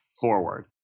forward